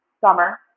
summer